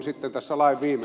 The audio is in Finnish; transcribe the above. mutta ed